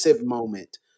moment